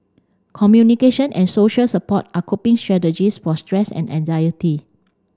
communication and social support are coping strategies for stress and anxiety